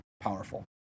powerful